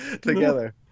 together